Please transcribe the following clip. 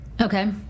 Okay